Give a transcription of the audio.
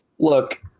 Look